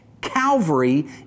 Calvary